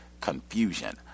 confusion